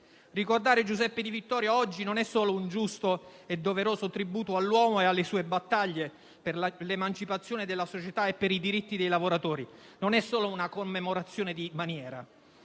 Ricordare Giuseppe Di Vittorio oggi non è solo un giusto e doveroso tributo all'uomo e alle sue battaglie per l'emancipazione della società e per i diritti dei lavoratori; non è solo una commemorazione di maniera.